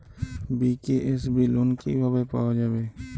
BKSB loan কিভাবে পাওয়া যাবে?